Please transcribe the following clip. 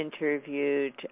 interviewed